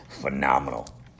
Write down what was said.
phenomenal